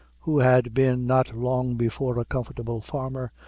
who had been not long-before a comfortable farmer,